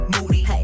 moody